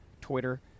Twitter